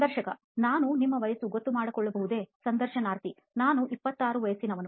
ಸಂದರ್ಶಕ ನಾನು ನಿಮ್ಮ ವಯಸ್ಸು ಗೊತ್ತುಮಾಡಿಕೊಳ್ಳುಬಹುದೇ ಸಂದರ್ಶನಾರ್ಥಿ ನಾನು 26 ವರ್ಷದವನು